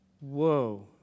whoa